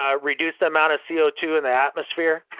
ah reduce the amount of c o two in the atmosphere.